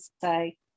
say